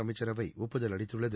அமைச்சரவை ஒப்புதல் அளித்துள்ளது